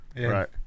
Right